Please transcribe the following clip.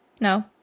No